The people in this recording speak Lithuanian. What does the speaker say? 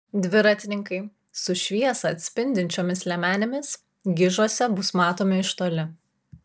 dviratininkai su šviesą atspindinčiomis liemenėmis gižuose bus matomi iš toli